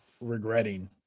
regretting